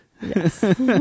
Yes